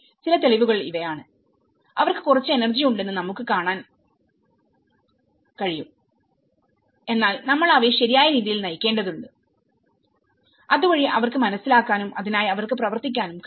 ചില തെളിവുകൾ ഇവയാണ് അവർക്ക് കുറച്ച് എനർജി ഉണ്ടെന്ന് നമുക്ക് കാണാൻ കഴിയും എന്നാൽ നമ്മൾ അവയെ ശരിയായ രീതിയിൽ നയിക്കേണ്ടതുണ്ട് അതുവഴി അവർക്ക് മനസ്സിലാക്കാനും അതിനായി അവർക്ക് പ്രവർത്തിക്കാനും കഴിയും